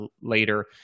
later